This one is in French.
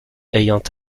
ayant